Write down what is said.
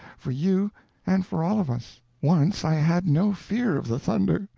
for you and for all of us. once i had no fear of the thunder,